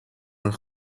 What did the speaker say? een